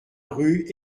rue